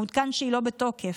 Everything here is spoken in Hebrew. מעודכן שהיא לא בתוקף,